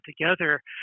together